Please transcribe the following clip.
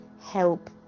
help